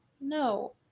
No